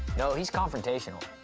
no, he's confrontational.